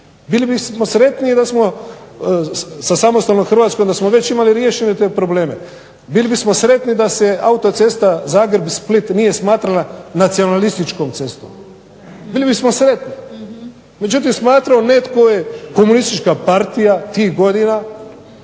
Bilo bismo sretniji sa samostalnom Hrvatskom da smo već imali riješene te probleme. Bili bismo sretni da se autocesta Zagreb-Split nije smatrala nacionalističkom cestom. Bili bismo sretni. Međutim, smatramo netko je komunistička partija tih godina,